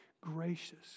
gracious